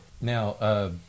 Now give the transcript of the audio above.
Now